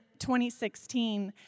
2016